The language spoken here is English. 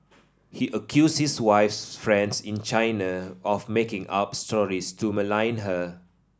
he accused his wife's friends in China of making up stories to malign her